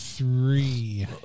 three